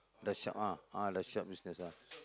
the shop ah ah the shop business ah